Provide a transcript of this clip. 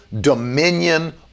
dominion